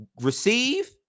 receive